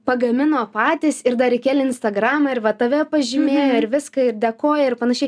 pagamino patys ir dar įkėlė į instagramą ir va tave pažymėjo ir viską ir dėkoja ir panašiai